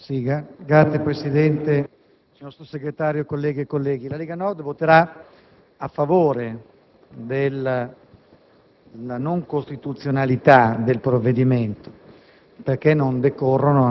Signor Presidente, signor Sottosegretario, colleghe e colleghi, la Lega Nord voterà a favore della non costituzionalità del provvedimento,